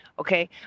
Okay